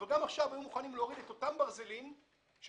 אבל גם עכשיו היו מוכנים להוריד את אותם ברזלים שמופנים